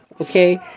Okay